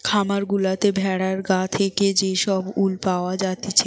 খামার গুলাতে ভেড়ার গা থেকে যে সব উল পাওয়া জাতিছে